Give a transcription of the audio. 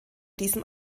diesem